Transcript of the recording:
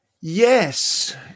Yes